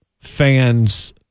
fans